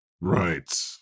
right